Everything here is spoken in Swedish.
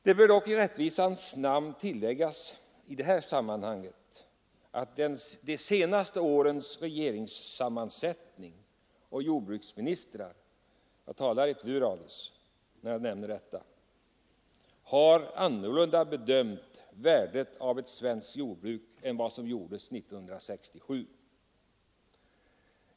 Det bör i rättvisans namn tilläggas att de senaste årens regeringssammansättning och jordbruksministrar — jag talar i pluralis i det sammanhanget — har annorlunda bedömt värdet av ett svenskt jordbruk än vad som gjordes 1967.